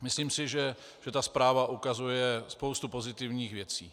Myslím si, že zpráva ukazuje spoustu pozitivních věcí.